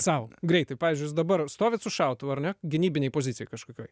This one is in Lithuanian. sau greitai pavyzdžiui jūs dabar stovit su šautuvu ar ne gynybinėj pozicijoj kažkokioj